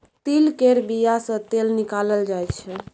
तिल केर बिया सँ तेल निकालल जाय छै